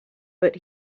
but